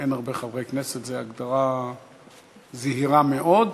אין הרבה חברי כנסת זו הגדרה זהירה מאוד,